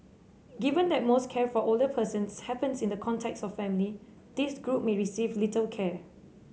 given that most care for older persons happens in the context of family this group may receive little care